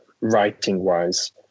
writing-wise